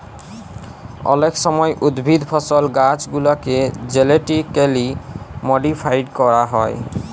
অলেক সময় উদ্ভিদ, ফসল, গাহাচলাকে জেলেটিক্যালি মডিফাইড ক্যরা হয়